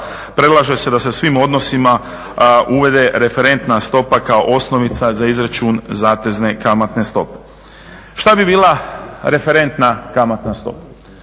predlaže se da se svim odnosima uvede referentna stopa kao osnovica za izračun zatezne kamatne stope. Šta bi bila referentna kamatna stopa?